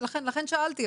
לכן אמרתי,